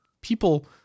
people